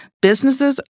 Businesses